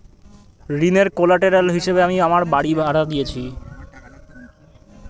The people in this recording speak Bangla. ঋনের কোল্যাটেরাল হিসেবে আমি আমার বাড়ি দিয়েছি